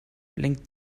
blinkt